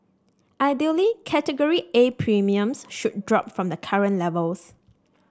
ideally Category A premiums should drop from the current levels